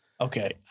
Okay